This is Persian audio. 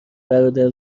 برادر